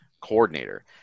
coordinator